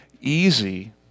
easy